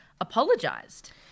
apologised